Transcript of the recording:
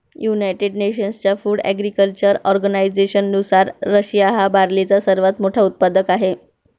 United नेशन्सच्या food agriculture ऑर्गनायझेशननुसार, Russia हा बार्लीचा सर्वात मोठा उत्पादक आहे